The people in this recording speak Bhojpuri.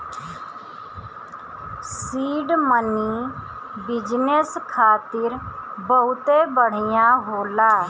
सीड मनी बिजनेस खातिर बहुते बढ़िया होला